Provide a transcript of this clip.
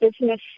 business